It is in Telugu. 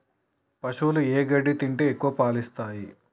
పశువులు ఏ గడ్డి తింటే ఎక్కువ పాలు ఇస్తాయి?